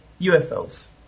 UFOs